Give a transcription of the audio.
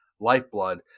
lifeblood